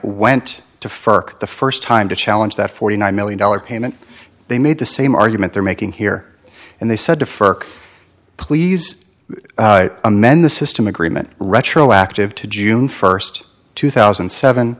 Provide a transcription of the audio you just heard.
went to for the first time to challenge that forty nine million dollars payment they made the same argument they're making here and they said defer please amend the system agreement retroactive to june first two thousand and seven